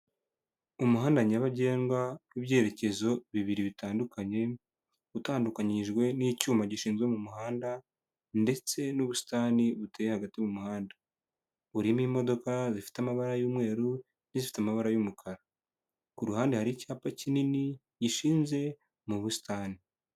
Umuhanda nyabagendwa mu byerekezo bibiri bitandukanye, utandukanyijwe n'icyuma gishinzwe mu muhanda ndetse n'ubusitani buteye hagati mu muhanda, urimo imodoka zifite amabara y'umweru n'izifite amabara y'umukara, ku ruhande hari icyapa kinini gishinze mu busitani.